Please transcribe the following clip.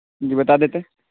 جی بتا دیتے